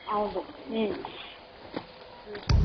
ಹೌದು ಹ್ಞೂ ಹ್ಞೂ ಸರ್